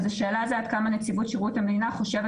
אז השאלה היא עד כמה נציבות שירות המדינה חושבת